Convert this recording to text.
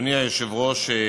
היושב-ראש,